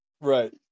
right